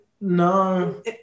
No